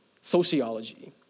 sociology